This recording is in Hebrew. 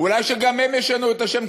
אולי שגם הם ישנו את השם,